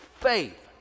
Faith